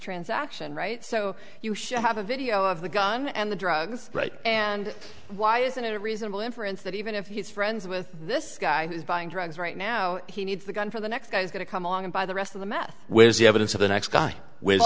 transaction right so you have a video of the gun and the drugs and why isn't it reasonable inference that even if he's friends with this guy who's buying drugs right now he needs a gun for the next guy is going to come along and buy the rest of the meth where's the evidence of the next guy with